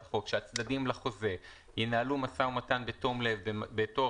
החוק ש"הצדדים לחוזה ינהלו משא ומתן בתום-לב בתוך,